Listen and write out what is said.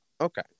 Okay